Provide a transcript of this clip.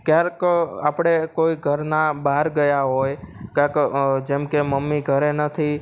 ક્યારેક આપણે કોઈ ઘરના બહાર ગયા હોય કાં કોઈ જેમકે મમ્મી ઘરે નથી